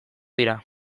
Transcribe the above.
dira